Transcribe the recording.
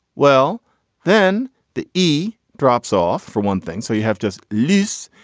well then the e drops off for one thing. so you have just loose.